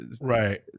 right